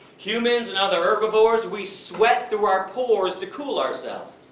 humans and other herbivores, we sweat through our pores to cool ourselves.